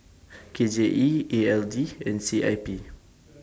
K J E E L D and C I P